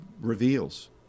reveals